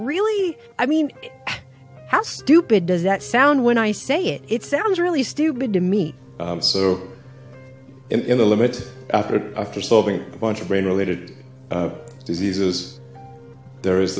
really i mean how stupid does that sound when i say it it sounds really stupid to me so in the limit after a few solving a bunch of brain related diseases there is